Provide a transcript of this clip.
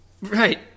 Right